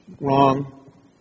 Wrong